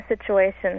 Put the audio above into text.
situation